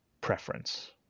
preference